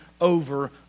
over